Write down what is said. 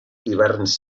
hiverns